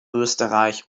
österreich